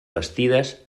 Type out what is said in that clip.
bastides